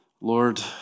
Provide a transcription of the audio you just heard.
Lord